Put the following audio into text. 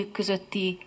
közötti